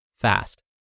fast